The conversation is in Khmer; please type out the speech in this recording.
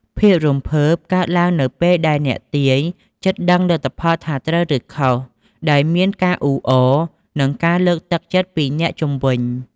ភាពរំភើបកើតឡើងនៅពេលដែលអ្នកទាយជិតដឹងលទ្ធផលថាត្រូវ ឬខុស ដោយមានការអ៊ូអរ និងការលើកទឹកចិត្តពីអ្នកជុំវិញ។